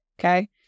okay